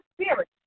spirit